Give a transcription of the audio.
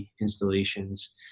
installations